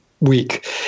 week